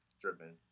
driven